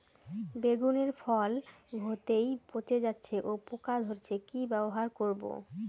বেগুনের ফল হতেই পচে যাচ্ছে ও পোকা ধরছে কি ব্যবহার করব?